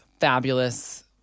fabulous